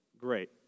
Great